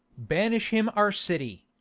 banish him our city,